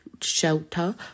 shelter